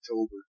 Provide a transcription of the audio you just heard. October